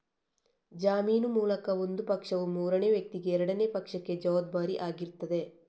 ಜಾಮೀನು ಮೂಲಕ ಒಂದು ಪಕ್ಷವು ಮೂರನೇ ವ್ಯಕ್ತಿಗೆ ಎರಡನೇ ಪಕ್ಷಕ್ಕೆ ಜವಾಬ್ದಾರಿ ಆಗಿರ್ತದೆ